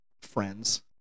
friends